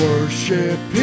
Worship